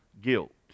guilt